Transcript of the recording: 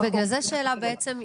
בגלל זה השאלה בעצם,